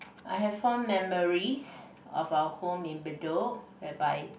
I have fond memories of our home in Bedok whereby